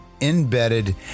embedded